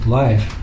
life